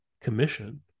commission